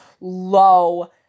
low